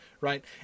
right